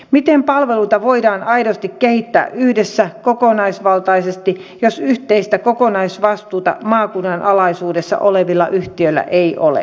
miten palveluita voidaan aidosti kehittää yhdessä kokonaisvaltaisesti jos yhteistä kokonaisvastuuta maakunnan alaisuudessa olevilla yhtiöillä ei ole